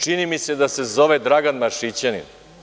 Čini mi se da se zove Dragan Maršićanin.